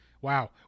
Wow